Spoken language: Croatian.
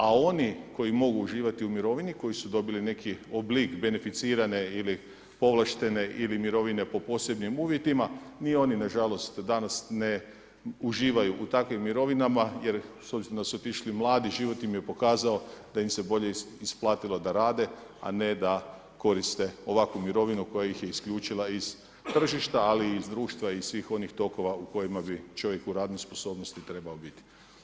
A oni koji mogu uživati u mirovini, koji su dobili neki oblik beneficirane ili povlaštene ili mirovine po posebnim uvjetima, ni oni nažalost danas ne uživaju u takvim mirovinama jer s obzirom da su otišli mladi život im je pokazao da im se bolje isplatilo da rade a ne da koriste ovakvu mirovinu koja ih tržišta ali i iz društva i iz svih onih tokova u kojima bi čovjek u radnoj sposobnosti trebao biti.